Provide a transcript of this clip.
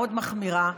מאוד מחמירה.